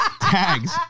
Tags